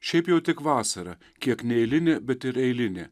šiaip jau tik vasara kiek neeilinė bet ir eilinė